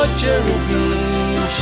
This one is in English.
cherubim